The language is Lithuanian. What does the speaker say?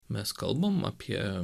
mes kalbam apie